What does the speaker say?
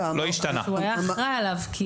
הוא היה אחראי עליו.